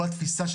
כל התפיסה,